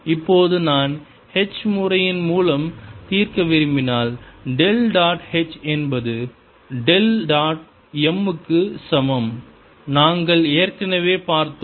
இப்போது நான் h முறையின் மூலம் தீர்க்க விரும்பினால் டெல் டாட் h என்பது மைனஸ் டெல் டாட் m க்கு சமம் நாங்கள் ஏற்கனவே பார்த்தோம்